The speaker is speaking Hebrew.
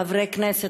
חברי הכנסת,